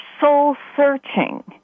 soul-searching